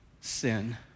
sin